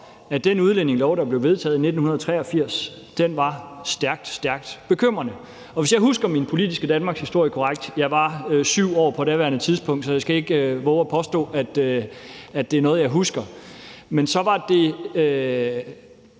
at den udlændingelov, der blev vedtaget i 1983, var stærkt, stærkt bekymrende. Og hvis jeg husker min politiske danmarkshistorie korrekt – jeg var 7 år på daværende tidspunkt, så jeg skal ikke vove at påstå, at det er noget, jeg husker – så var det